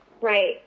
Right